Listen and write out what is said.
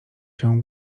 się